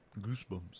Goosebumps